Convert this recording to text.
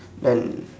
done